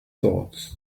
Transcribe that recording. thoughts